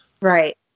Right